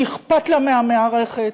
שאכפת לה מהמערכת,